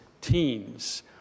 teens